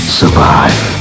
survive